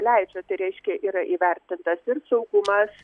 leidžia tai reiškia yra įvertintas ir saugumas